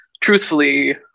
truthfully